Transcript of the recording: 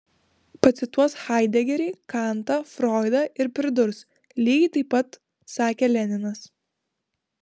pacituos haidegerį kantą froidą ir pridurs lygiai taip pat sakė leninas